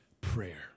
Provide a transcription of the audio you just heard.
prayer